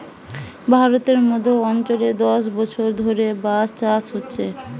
ভারতের মধ্য অঞ্চলে দশ বছর ধরে বাঁশ চাষ হচ্ছে